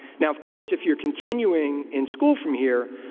now, of course, if you're continuing in school from here,